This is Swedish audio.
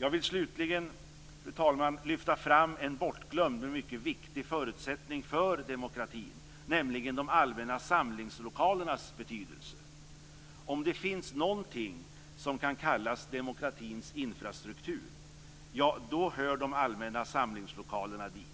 Jag vill slutligen lyfta fram en bortglömd men mycket viktig förutsättning för demokratin, nämligen de allmänna samlingslokalernas betydelse. Om det finns någonting som kan kallas demokratins infrastruktur, då hör de allmänna samlingslokalerna dit.